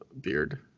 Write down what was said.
Beard